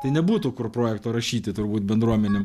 tai nebūtų kur projekto rašyti turbūt bendruomenėm